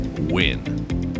win